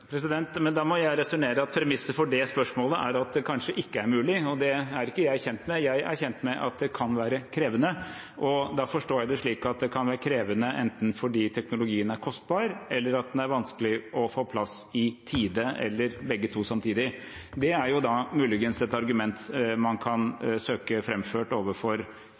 Da må jeg returnere at premisset for det spørsmålet er at det kanskje ikke er mulig. Det er ikke jeg kjent med, jeg er kjent med at det kan være krevende. Da forstår jeg det slik at det kan være krevende enten fordi teknologien er kostbar, eller at den er vanskelig å få på plass i tide, eller begge deler samtidig. Det er muligens et argument man kan søke framført overfor